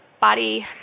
body